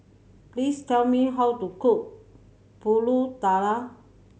please tell me how to cook Pulut Tatal